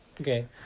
Okay